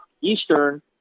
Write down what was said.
Eastern